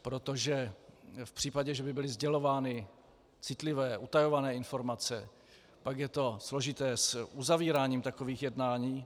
Protože v případě, že by byly sdělovány citlivé, utajované informace, pak je to složité s uzavíráním takových jednání.